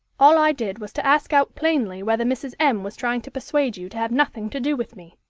all i did was to ask out plainly whether mrs. m. was trying to persuade you to have nothing to do with me.